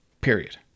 Period